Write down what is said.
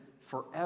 forever